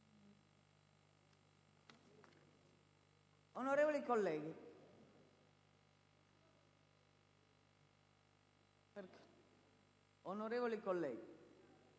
Onorevoli colleghi,